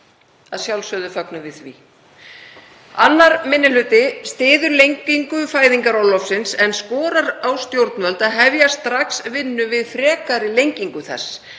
Að sjálfsögðu fögnum við því. Annar minni hluti styður lengingu fæðingarorlofsins en skorar á stjórnvöld að hefja strax vinnu við frekari lengingu þess.